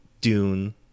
Dune